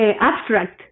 abstract